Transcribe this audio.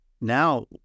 Now